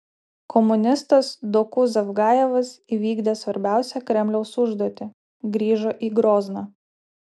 komunistas doku zavgajevas įvykdė svarbiausią kremliaus užduotį grįžo į grozną